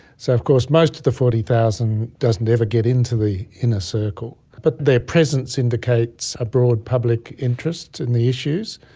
so of course most of the forty thousand don't ever get into the inner circle, but their presence indicates a broad public interest in the issues.